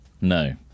No